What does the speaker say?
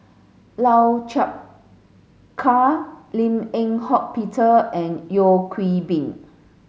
Lau Chiap Khai Lim Eng Hock Peter and Yeo Hwee Bin